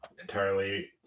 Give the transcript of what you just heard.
entirely